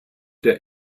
der